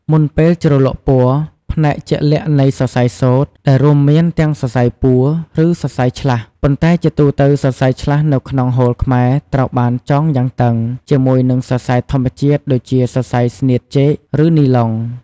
មុនពេលជ្រលក់ពណ៌ ផ្នែកជាក់លាក់នៃសរសៃសូត្រ ដែលរួមមានទាំងសរសៃពួរ ឬសរសៃឆ្លាស់ ប៉ុន្តែជាទូទៅសរសៃឆ្លាស់នៅក្នុងហូលខ្មែរ ត្រូវបាន ចងយ៉ាងតឹង ជាមួយនឹងសរសៃធម្មជាតិដូចជាសរសៃស្នៀតចេក ឬនីឡុង។